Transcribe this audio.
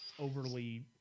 overly –